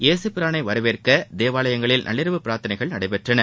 இயேசுபிரானை வரவேற்க தேவாலயங்களில் நள்ளிரவு பிரார்த்தனைகள் நடைபெற்றன